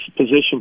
position